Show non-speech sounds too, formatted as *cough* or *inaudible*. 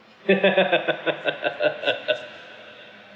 *laughs*